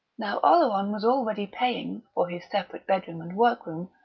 now oleron was already paying, for his separate bedroom and workroom,